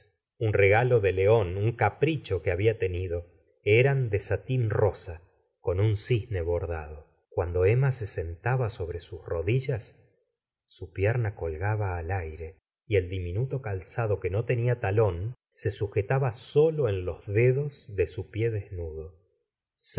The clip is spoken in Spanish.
n regalo de león un capric ho que habia tenido eran de satín rosa con un cisne bordado cuando emma se sentab a sobre sus rodillas su pierna colgaba al aire y el diminuto calza do que no tenia talón se sujetaba solo en los d edos de su pie desnudo